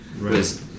right